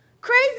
Crazy